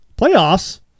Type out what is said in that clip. Playoffs